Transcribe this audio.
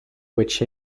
which